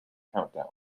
countdown